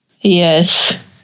Yes